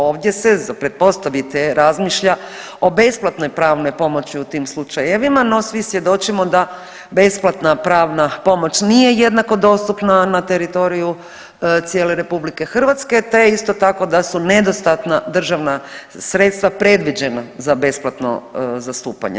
Ovdje se za pretpostaviti je razmišlja o besplatnoj pravnoj pomoći u tim slučajevima, no svi svjedočimo da besplatna pravna pomoć nije jednako dostupna na teritoriju cijele Republike Hrvatske, te isto tako da su nedostatna državna sredstva predviđena za besplatno zastupanje.